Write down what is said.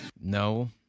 No